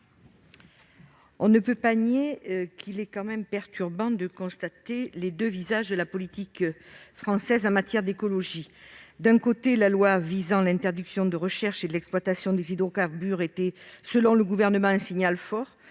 On ne peut pas le nier : il est quand même perturbant de constater les deux visages de la politique française en matière d'écologie. D'un côté, la loi mettant fin à la recherche ainsi qu'à l'exploitation des hydrocarbures était, selon le Gouvernement, un signal fort,